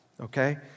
okay